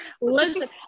listen